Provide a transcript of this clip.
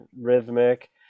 rhythmic